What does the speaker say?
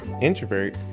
introvert